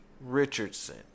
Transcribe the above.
Richardson